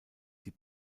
die